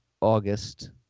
august